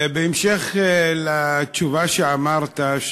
בהמשך לתשובה שאמרת,